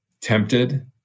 tempted